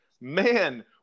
man